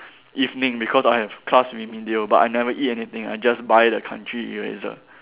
evening because I have class remedial but I never eat anything I just buy the country eraser